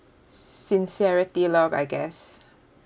sincerity love I guess